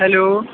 hello